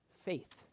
faith